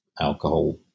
alcohol